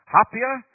happier